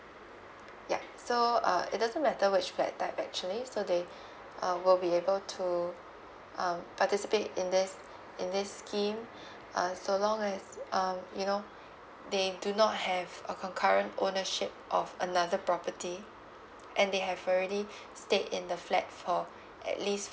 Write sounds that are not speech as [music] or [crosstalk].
ya so uh it doesn't matter which flat type actually so they [breath] uh will be able to um participate in this in this scheme [breath] uh so long as um you know they do not have a concurrent ownership of another property and they have already [breath] stayed in the flat for [breath] at least